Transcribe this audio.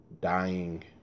dying